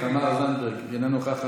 חברת הכנסת תמר זנדברג, אינה נוכחת,